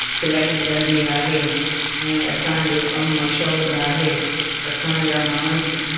सिलाई मिलंदी आहे ऐं असांजो कमु मशहूर आहे असांजा माण्हू